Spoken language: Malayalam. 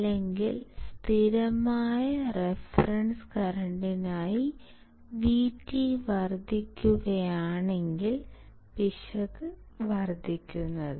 അല്ലെങ്കിൽ സ്ഥിരമായ റഫറൻസ് കറന്റിനായി VT വർദ്ധിക്കുകയാണെങ്കിൽ പിശക് വർദ്ധിക്കുന്നത്